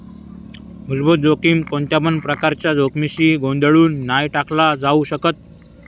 मुलभूत जोखमीक कोणत्यापण प्रकारच्या जोखमीशी गोंधळुन नाय टाकला जाउ शकत